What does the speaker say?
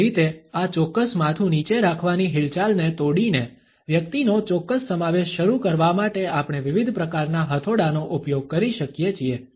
કોઈક રીતે આ ચોક્કસ માથુ નીચે રાખવાની હિલચાલને તોડીને વ્યક્તિનો ચોક્કસ સમાવેશ શરૂ કરવા માટે આપણે વિવિધ પ્રકારના હથોડાનો ઉપયોગ કરી શકીએ છીએ